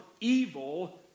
evil